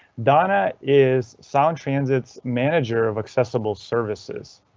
donna is sound transit's manager of accessible services.